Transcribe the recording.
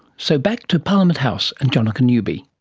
so back to parliament house and jonica newby.